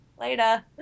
Later